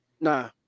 Nah